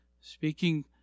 speaking